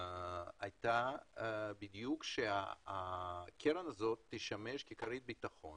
הייתה בדיוק שהקרן הזו תשמש ככרית ביטחון